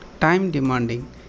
time-demanding